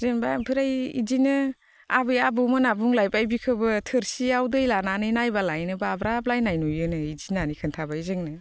जेनेबा ओमफ्राय बिदिनो आबै आबौमोना बुंलायबाय बेखौबो थोरसिआव दै लानानै नायबालायनो बाब्राबलायनाय नुयोनो बिदि होननानै खिन्थाबाय जोंनो